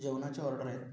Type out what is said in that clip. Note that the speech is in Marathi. जेवणाच्या ऑर्डर आहेत